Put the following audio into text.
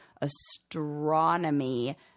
astronomy